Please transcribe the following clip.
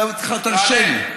תרשה לי.